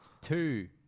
two